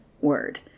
word